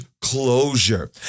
closure